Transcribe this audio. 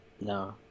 No